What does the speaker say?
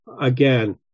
again